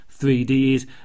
3Ds